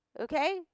Okay